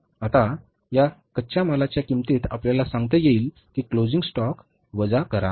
आता या कच्च्या मालाच्या किंमतीत आपल्याला सांगता येईल की क्लोजिंग स्टॉक वजा करा